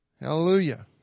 Hallelujah